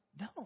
No